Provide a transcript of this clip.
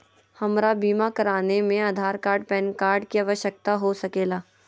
हमरा बीमा कराने में आधार कार्ड पैन कार्ड की आवश्यकता हो सके ला?